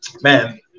man